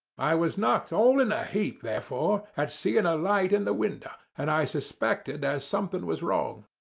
i was knocked all in a heap therefore at seeing a light in the window, and i suspected as something was wrong.